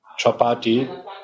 chapati